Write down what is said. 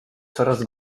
coraz